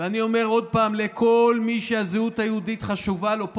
ואני אומר עוד פעם לכל מי שהזהות היהודית חשובה לו,